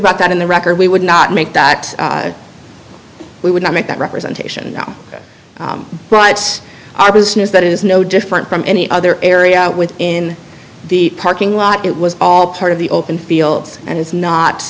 about that in the record we would not make that we would not make that representation rights our business that is no different from any other area within the parking lot it was all part of the open fields and it's not